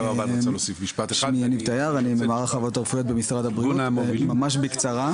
אני ממערך הוועדות הרפואיות במשרד הבריאות וממש בקצרה.